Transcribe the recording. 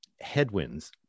Headwinds